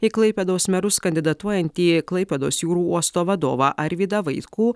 į klaipėdos merus kandidatuojantį klaipėdos jūrų uosto vadovą arvydą vaitkų